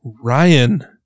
Ryan